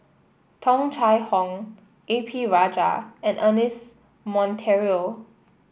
Tung Chye Hong A P Rajah and Ernest Monteiro